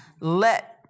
Let